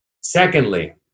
Secondly